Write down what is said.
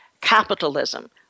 Capitalism